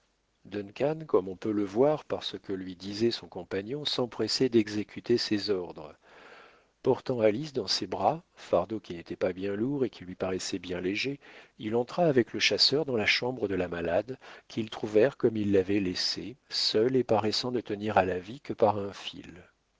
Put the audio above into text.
comme on peut le voir par ce que lui disait son compagnon s'empressait d'exécuter ses ordres portant alice dans ses bras fardeau qui n'était pas bien lourd et qui lui paraissait bien léger il entra avec le chasseur dans la chambre de la malade qu'ils trouvèrent comme ils l'avaient laissée seule et paraissant ne tenir à la vie que par un fil